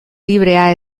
librea